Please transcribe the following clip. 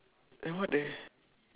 eh what the